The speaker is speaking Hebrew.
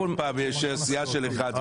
--- סיעה של אחד.